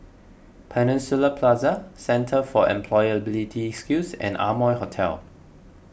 Peninsula Plaza Centre for Employability Skills and Amoy Hotel